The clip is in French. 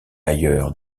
ailleurs